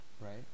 right